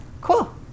Cool